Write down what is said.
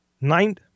Nine